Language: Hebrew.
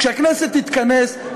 כשהכנסת תתכנס,